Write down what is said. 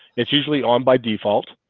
it's usually um by default